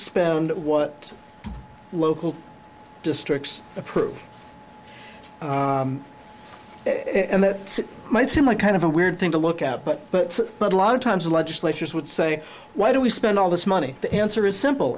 spend it what local districts approve it and that might seem like kind of a weird thing to look at but but but a lot of times the legislatures would say why do we spend all this money the answer is simple